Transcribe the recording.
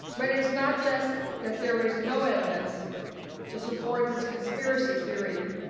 but it's not just that there is no evidence to support this conspiracy theory.